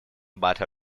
but